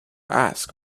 ask